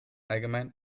allgemein